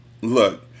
Look